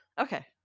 okay